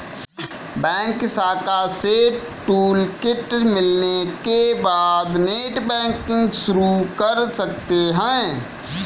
bank शाखा से toolkit मिलने के बाद नेटबैंकिंग शुरू कर सकते है